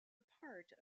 part